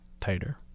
tighter